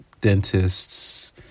dentists